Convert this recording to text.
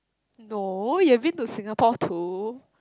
no you have been to Singapore too